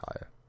higher